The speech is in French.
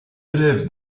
élève